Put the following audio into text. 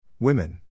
Women